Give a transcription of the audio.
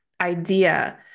idea